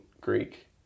Greek